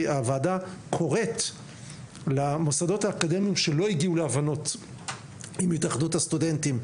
הוועדה קורית למוסדות האקדמיים שלא הגיעו להבנות עם התאחדות הסטודנטים,